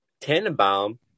Tannenbaum